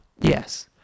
yes